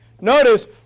notice